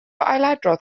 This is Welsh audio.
ailadrodd